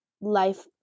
life